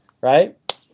right